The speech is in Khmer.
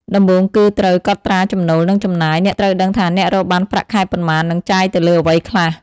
ដំបូងគឺត្រូវកត់ត្រាចំណូល និងចំណាយ អ្នកត្រូវដឹងថាអ្នករកបានប្រាក់ខែប៉ុន្មាន និងចាយទៅលើអ្វីខ្លះ។